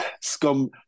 scum